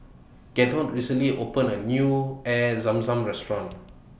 Gerhardt recently opened A New Air Zam Zam Restaurant